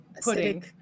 pudding